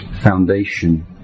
foundation